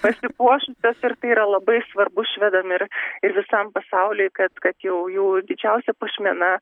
pasipuošusios ir tai yra labai svarbu švedam ir ir visam pasauliui kad kad jau jų didžiausia puošmena